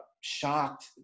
shocked